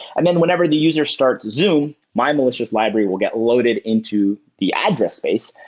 and then whenever the user starts zoom, my malicious library will get loaded into the address space.